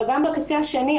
אבל גם בקצה השני,